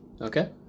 Okay